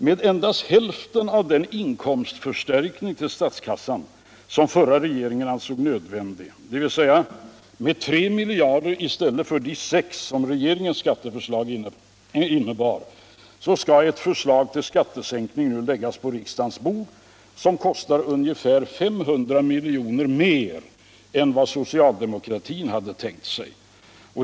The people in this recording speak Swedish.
Med endast hälften av den inkomstförstärkning till statskassan i form av arbetsgivaravgift som den förra regeringen ansåg nödvändig, dvs. 3 miljarder i stället för 6, skall den nuvarande regeringen lägga ett förslag till skattesänkning på riksdagens bord som kostar ungefär 500 miljoner mer än vad socialdemokratin hade tänkt sig.